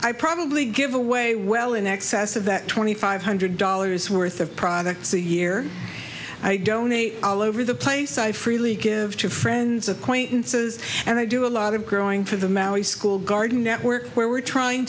i probably give away well in excess of that twenty five hundred dollars worth of products a year i donate all over the place i freely give to friends acquaintances and i do a lot of growing for the maui school garden network where we're trying